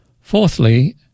Fourthly